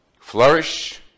flourish